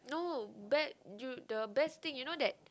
no bet you the best thing you know that